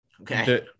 Okay